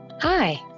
Hi